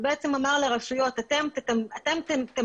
הוא אמר לרשויות: אתן תמחזרו,